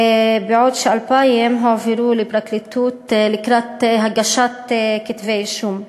בעוד 2,000 הועברו לפרקליטות לקראת הגשת כתבי-אישום.